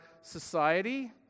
society